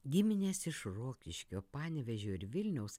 giminės iš rokiškio panevėžio ir vilniaus